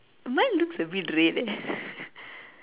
mine looks a bit red eh